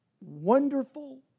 wonderful